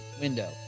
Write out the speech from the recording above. window